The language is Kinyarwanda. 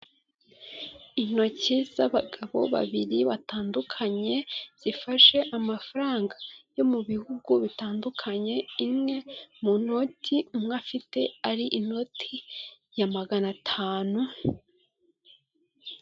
Intoki z'abagabo babiri batandukanye zifashe amafaranga yo mu bihugu bitandukanye imwe munoti umwe afite ari inoti ya maganatanu.